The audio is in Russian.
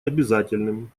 обязательным